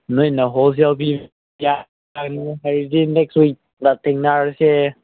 ꯅꯣꯏꯅ ꯍꯣꯜꯁꯦꯜ ꯑꯗꯨꯗꯤ ꯅꯦꯛꯁ ꯋꯤꯛꯇ ꯊꯦꯡꯅꯔꯁꯦ